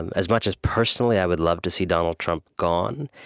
and as much as, personally, i would love to see donald trump gone,